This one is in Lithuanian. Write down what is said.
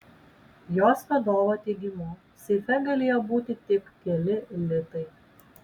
jos vadovo teigimu seife galėjo būti tik keli litai